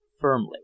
firmly